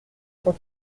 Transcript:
cent